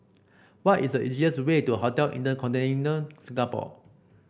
what is the easiest way to Hotel InterContinental Singapore